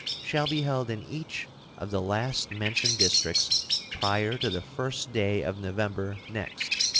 shall be held in each of the last-mentioned districts prior to the first day of november next,